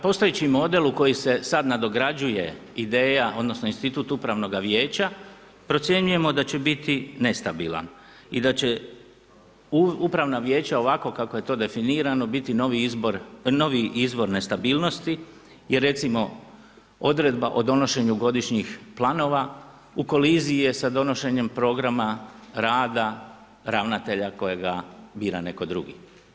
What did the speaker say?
Postojeći model u koji se sad nadograđuje ideja, odnosno, institut upravnoga vijeća, procjenjujemo da će biti nestabilan i da će upravna vijeća ovako kako je to definirano, biti novi izvor nestabilnosti jer recimo, odredba o donošenju godišnjih planova, u koaliciji je sa donošenjem programa rada ravnatelja kojega bira netko drugi.